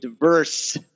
diverse